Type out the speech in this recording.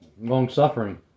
long-suffering